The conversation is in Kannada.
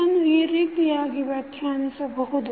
ಇದನ್ನು ಈ ರೀತಿಯಾಗಿ ವ್ಯಾಖ್ಯಾನಿಸಬಹುದು